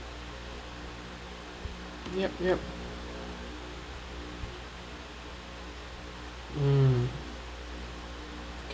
yup yup mm okay